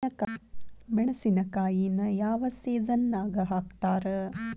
ಮೆಣಸಿನಕಾಯಿನ ಯಾವ ಸೇಸನ್ ನಾಗ್ ಹಾಕ್ತಾರ?